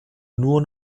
nur